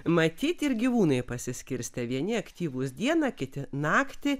matyt ir gyvūnai pasiskirstę vieni aktyvūs dieną kiti naktį